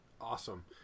Awesome